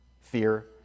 fear